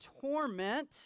torment